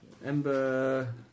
Ember